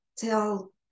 tell